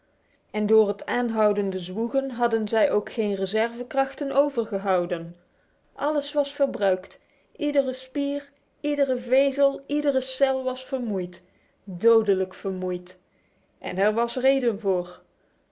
en door het aanhoudende zwoegen hadden zij ook geen reservekrachten overgehouden alles was verbruikt iedere spier iedere vezel iedere cel was vermoeid dodelijk vermoeid en er was reden voor